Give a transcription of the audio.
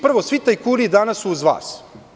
Prvo, svi tajkuni danas su uz vas.